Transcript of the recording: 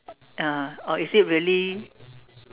ah or is it really